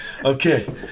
Okay